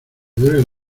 duele